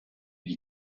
die